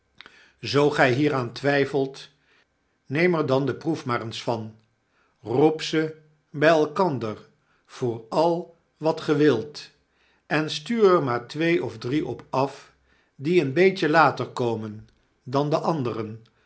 zoo gy hieraan twyfelt neem er dan de proef maar eens van roep ze by elkander voor al wat ge wilt en stuurer maar twee of drie op af die een beetje later komen dan de anderen